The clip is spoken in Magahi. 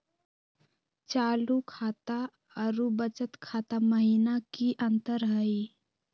चालू खाता अरू बचत खाता महिना की अंतर हई?